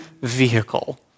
vehicle